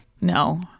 No